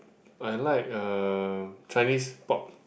I like uh Chinese pop